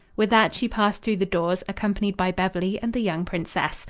with that she passed through the doors, accompanied by beverly and the young princess.